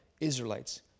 Israelites